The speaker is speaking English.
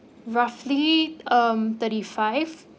roughly um thirty five